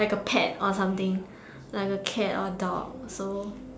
like a pet or something like a cat or dog so